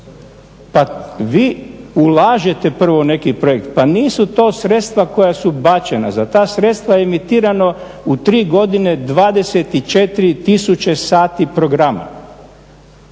pa vi ulažete prvo u neki projekt, pa nisu to sredstva koja su bačena. Za ta sredstva emitirano u tri godine 24 tisuće sati programa.